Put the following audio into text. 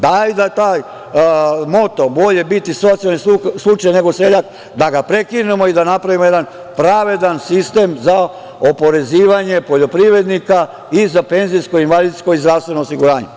Dajte da taj moto - bolje biti socijalni slučaj nego seljak, prekinemo i da napravimo jedan pravedan sistem za oporezivanje poljoprivrednika i za penzijsko i invalidsko i zdravstveno osiguranje.